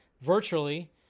virtually